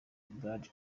brad